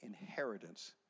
inheritance